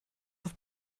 auf